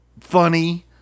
funny